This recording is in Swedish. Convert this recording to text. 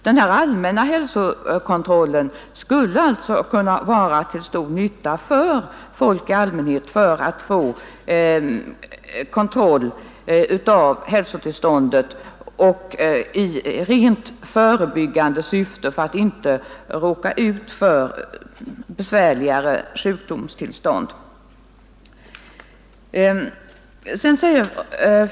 Denna allmänna hälsokontroll skulle i rent förebyggande syfte kunna vara till stor nytta för människor i allmänhet, så att de inte råkar ut för besvärligare sjukdomstillstånd.